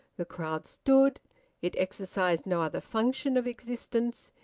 the crowd stood it exercised no other function of existence.